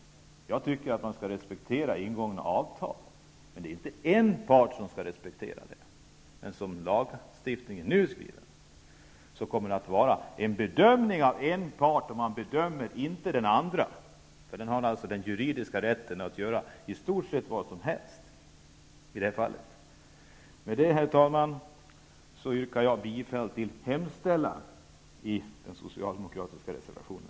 Jag tycker att man skall respektera ingångna avtal, men det är inte bara en part som skall respektera avtalen. Som lagstiftningen nu är utformad kommer det att bli fråga om bedömning av en part, medan man inte bedömer den andra parten, som har den juridiska rätten att göra i stort sett vad som helst i det här fallet. Med det, herr talman, ställer jag mig bakom hemställan i den socialdemokratiska reservationen.